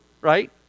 right